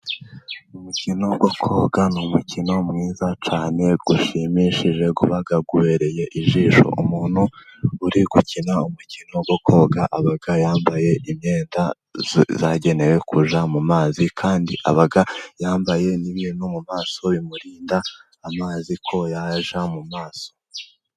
Umukino wo koga ni umukino mwiza cyane, ushimishije uba ubereye ijisho, umuntu uri gukina umukino wo koga, aba yambaye imyenda yagenewe kujya mu mazi kandi aba yambaye n'ibintu mu maso, bimurinda amazi ko yajya mu maso.